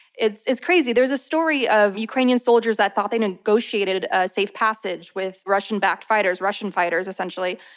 it's it's crazy. there's a story of ukrainian soldiers that thought they negotiated a safe passage with russian backed fighters, russian fighters essentially.